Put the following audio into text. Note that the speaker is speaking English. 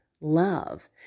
love